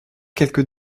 quelque